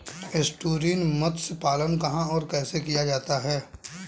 Estuarine मत्स्य पालन कहां और कैसे किया जाता है?